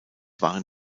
waren